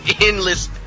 endless